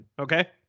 okay